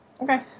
Okay